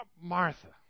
Martha